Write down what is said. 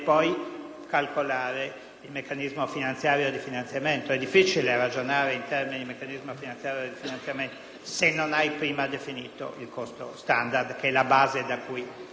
il meccanismo finanziario di finanziamento. È difficile ragionare in termini di meccanismo finanziario di finanziamento se non è stato prima definito il costo standard, che è la base da cui partire.